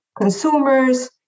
consumers